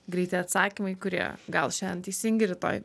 greiti atsakymai kurie gal šiandien teisingi rytoj